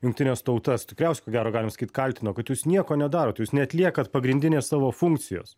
jungtines tautas tikriausiai ko gero galime sakyt kaltino kad jūs nieko nedarot jūs neatliekat pagrindinės savo funkcijos